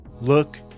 look